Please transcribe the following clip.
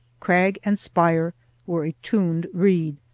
crag and spire were a tuned reed.